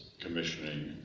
commissioning